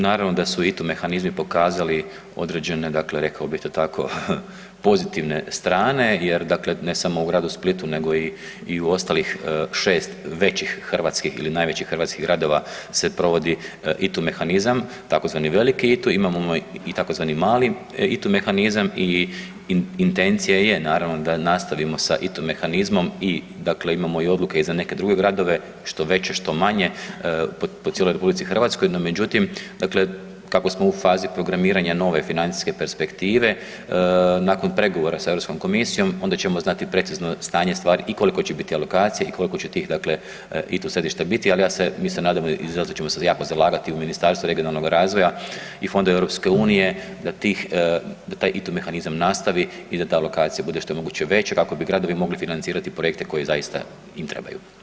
Naravno da su ITU mehanizmi pokazali određene, dakle rekao bih to tako pozitivne strane jer dakle ne samo u gradu Splitu nego i u ostalih 6 većih hrvatskih ili najvećih hrvatskih gradova se provodi ITU mehanizam tzv. veliki ITU, imamo i tzv. ITU mehanizam i intencija je naravno da nastavimo sa ITU mehanizmom i dakle imamo i odluke i za neke druge gradove što veće, što manje po cijeloj RH, no međutim, dakle kako smo u fazi programiranja nove financijske perspektive nakon pregovora sa Europskom komisijom onda ćemo znati precizno stanje stvari i koliko će biti alokacija i koliko će tih dakle ITU središta biti, al ja se i isto nadamo i zato ćemo se jako zalagati u Ministarstvu regionalnog razvoja i fondova EU da taj ITU mehanizam nastavi i da ta alokacija bude što je moguće veća kako bi gradovi mogli financirati projekte koji zaista im trebaju.